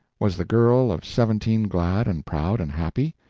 was the girl of seventeen glad and proud and happy?